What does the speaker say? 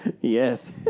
yes